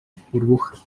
burbuja